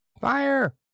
Fire